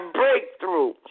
breakthrough